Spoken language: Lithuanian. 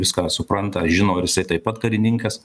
viską supranta žino ir jisai taip pat karininkas